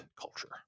culture